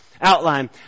outline